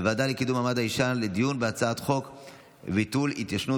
הראשונה ותעבור לוועדת הכספים להכנתה לקריאה השנייה והשלישית.